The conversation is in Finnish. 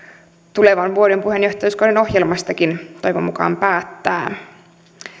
tulevan vuoden puheenjohtajuuskauden ohjelmastakin toivon mukaan päättää